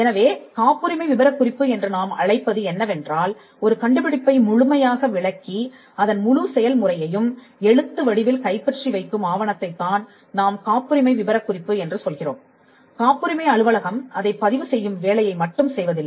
எனவே காப்புரிமை விபரக்குறிப்பு என்று நாம் அழைப்பது என்னவென்றால் ஒரு கண்டுபிடிப்பை முழுமையாக விளக்கி அதன் முழு செயல்முறையையும் எழுத்து வடிவில் கைப்பற்றி வைக்கும் ஆவணத்தை தான் நாம் காப்புரிமை விபரக்குறிப்பு என்று சொல்கிறோம் காப்புரிமை அலுவலகம் அதைப் பதிவு செய்யும் வேலையை மட்டும் செய்வதில்லை